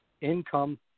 income